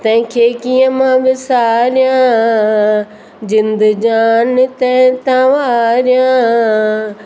तंहिं खे कीअं मां विसारियां जिंदु जान तंहिं तां वारियां